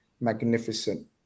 magnificent